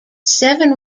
seven